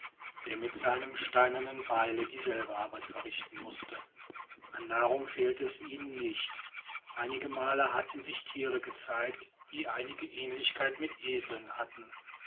der mit seinem steinernen beile dieselbe arbeit verrichten mußte an nahrung fehlte es ihnen nicht einige male hatten sich tiere gezeigt die einige aehnlichkeit mit eseln hatten